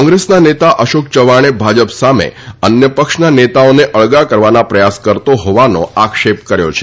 કોંગ્રેસના નેતા અશોક ચવાણે ભાજપ સામે અન્ય પક્ષના નેતાઓને અળગા કરવાના પ્રયાસ કરતો હોવાનો આક્ષેપ કર્યો છે